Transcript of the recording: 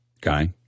Guy